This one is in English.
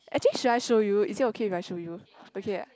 actually should I show you is it okay if I show you okay